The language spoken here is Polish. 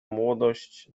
młodość